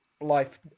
life